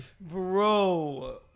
Bro